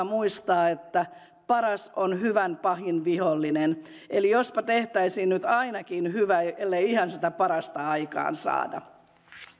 muistaa että paras on hyvän pahin vihollinen eli jospa tehtäisiin nyt ainakin hyvä ellei ihan sitä parasta aikaansaada